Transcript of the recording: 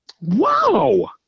Wow